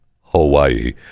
Hawaii